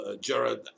Jared